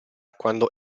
quando